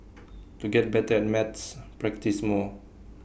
to get better at maths practise more